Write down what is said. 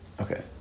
okay